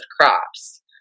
crops